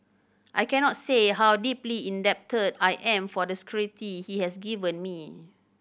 I cannot say how deeply indebted I am for the security he has given me